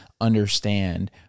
understand